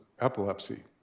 epilepsy